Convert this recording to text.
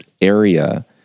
area